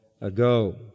ago